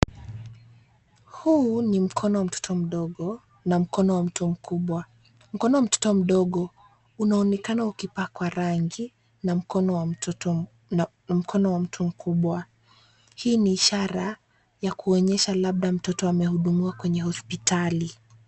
Huu ni mkono wa mtoto mdogo na mkono wa mtu mkubwa . Mkono wa mtoto mdogo unaonekana ukipakwa rangi na mkono wa mtu mkubwa. Hii ni ishara ya kuonyesha labda mtoto ameudumiwa kwenye hospitali.